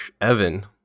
Evan